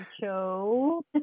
show